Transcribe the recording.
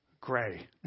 gray